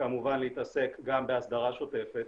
כמובן להתעסק גם בהסדרה שוטפת,